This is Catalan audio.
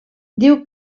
diu